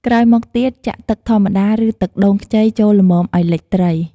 ក្រោយមកទៀត ចាក់ទឹកធម្មតា ឬទឹកដូងខ្ចីចូលល្មមឱ្យលិចត្រី។